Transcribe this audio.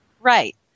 Right